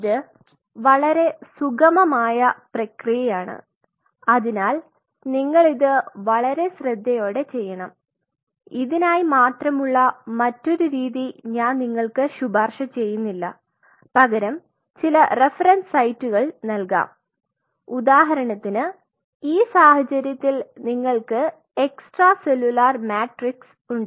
ഇത് വളരെ സുഗമമായ പ്രക്രിയയാണ് അതിനാൽ നിങ്ങൾ ഇത് വളരെ ശ്രദ്ധയോടെ ചെയ്യണം ഇതിനായി മാത്രമുള്ള മറ്റൊരു രീതി ഞാൻ നിങ്ങൾക്ക് ശുപാർശ ചെയ്യുന്നില്ല പകരം ചില റഫറൻസ് സൈറ്റുകൾ നൽകാം ഉദാഹരണത്തിന് ഈ സാഹചര്യത്തിൽ നിങ്ങൾക്ക് എക്സ്ട്രാ സെല്ലുലാർ മാട്രിക്സ് ഉണ്ട്